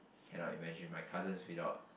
cannot imagine my cousins without